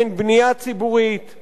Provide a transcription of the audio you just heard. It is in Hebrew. אין בנייה ציבורית,